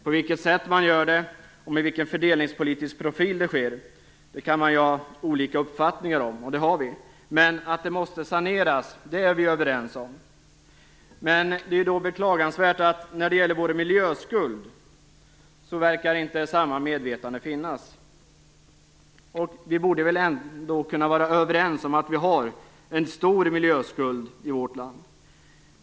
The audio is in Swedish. På vilket sätt man gör det, och med vilken fördelningspolitisk profil det sker, kan man ha olika uppfattningar om, och det har vi. Men att det måste saneras är vi överens om. Då är det beklagansvärt att samma medvetande inte verkar finnas när det gäller vår miljöskuld. Vi borde väl ändå kunna vara överens om att vi har en stor miljöskuld i vårt land.